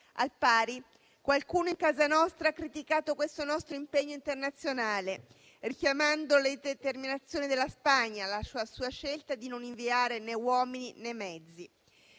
Al pari, qualcuno in casa nostra ha criticato questo nostro impegno internazionale, richiamando le determinazioni della Spagna, la sua scelta di non inviare né uomini né mezzi.